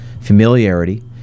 familiarity